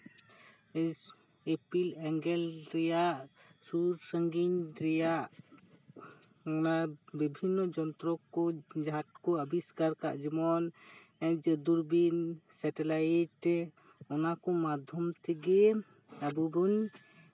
ᱤᱥ ᱤᱯᱤᱞ ᱮᱸᱜᱮᱞ ᱨᱮᱭᱟᱜ ᱥᱩᱨ ᱥᱟᱺᱜᱤᱧ ᱨᱮᱭᱟᱜ ᱚᱱᱟ ᱵᱤᱵᱷᱤᱱᱱᱚ ᱡᱚᱱᱛᱨᱚ ᱠᱚ ᱡᱟᱦᱟᱸ ᱠᱚ ᱟᱵᱤᱥᱠᱟᱨ ᱟᱠᱟᱫ ᱡᱮᱢᱚᱱ ᱮᱸᱜ ᱫᱩᱨᱵᱤᱱ ᱥᱮᱴᱮᱞᱟᱭᱤᱴ ᱚᱱᱟ ᱠᱚ ᱢᱟᱫᱽᱫᱷᱮᱢ ᱛᱮᱜᱮ ᱟᱵᱚᱵᱚᱱ